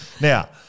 Now –